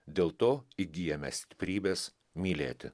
dėl to įgyjame stiprybės mylėti